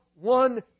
One